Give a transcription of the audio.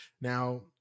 now